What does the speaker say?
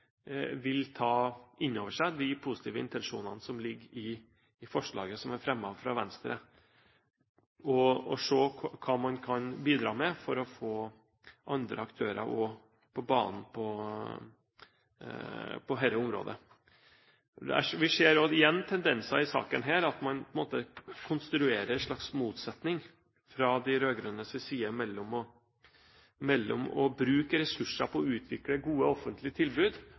vil ta inn over seg de positive intensjonene som ligger i forslaget som er fremmet av Venstre, og se hva man kan bidra med for å få også andre aktører på banen på dette området. Vi ser også igjen tendenser i denne saken til at man på en måte konstruerer en slags motsetning, fra de rød-grønnes side, mellom det å bruke ressurser på å utvikle gode offentlige tilbud